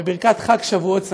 בברכת חג שבועות שמח.